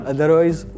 Otherwise